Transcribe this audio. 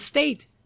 state